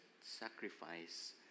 sacrifice